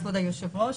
כבוד היושב-ראש,